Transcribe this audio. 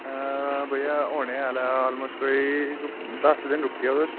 अ भैया होने आह्ला आल मोस्ट कोई दस दिन रुकी जाओ तुस